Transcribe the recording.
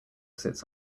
sits